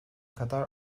kadar